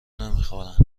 نمیخورن